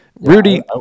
Rudy